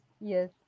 Yes